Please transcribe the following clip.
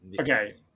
Okay